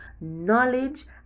knowledge